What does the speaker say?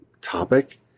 topic